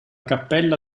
cappella